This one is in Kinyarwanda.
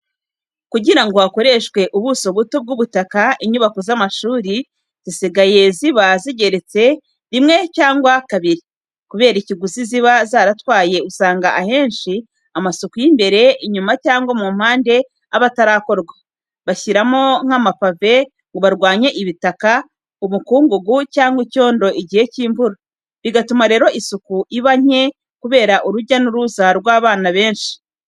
Kugira ngo hakoreshwe ubuso buto bw'ubutaka, inyubako z'amashuri zisigaye ziba zigeretse rimwe cyangwa kabiri. Kubera ikiguzi ziba zaratwaye usanga ahenshi amasuku y'imbere, inyuma cyangwa mu mpande aba atarakorwa, bashyiramo nk'amapave ngo barwanye ibitaka, umukungugu cyangwa icyondo igihe cy'imvura. Bigatuma rero isuku iba nke kubera urujya n'uruza rw'abana benshi.